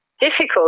difficult